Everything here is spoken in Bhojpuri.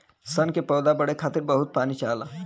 सन के पौधा के बढ़े खातिर बहुत पानी चाहला